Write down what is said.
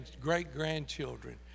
great-grandchildren